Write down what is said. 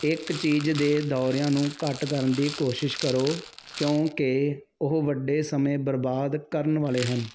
ਇੱਕ ਚੀਜ਼ ਦੇ ਦੌਰਿਆਂ ਨੂੰ ਘੱਟ ਕਰਨ ਦੀ ਕੋਸ਼ਿਸ਼ ਕਰੋ ਕਿਉਂਕਿ ਉਹ ਵੱਡੇ ਸਮੇਂ ਬਰਬਾਦ ਕਰਨ ਵਾਲੇ ਹਨ